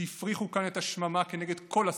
שהפריחו כאן את השממה כנגד כל הסיכויים,